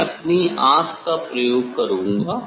मैं अपनी आंख का प्रयोग करूंगा